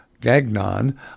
Gagnon